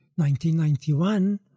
1991